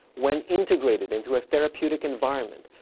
when integrated into a therapeutic environment,